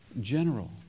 general